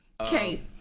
Okay